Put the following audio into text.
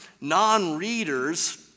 non-readers